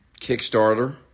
Kickstarter